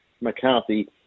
McCarthy